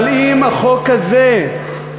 אבל אם החוק הזה עבר,